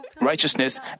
righteousness